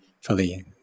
fully